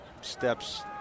steps